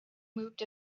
moved